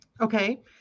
Okay